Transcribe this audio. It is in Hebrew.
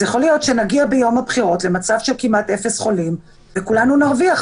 יכול להיות שנגיע ביום הבחירות למצב של כמעט אפס חולים וכולנו נרוויח.